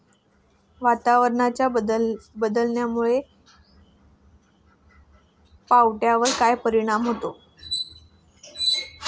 वातावरणाच्या बदलामुळे पावट्यावर काय परिणाम होतो?